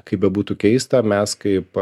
kaip bebūtų keista mes kaip